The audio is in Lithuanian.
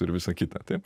ir visa kita taip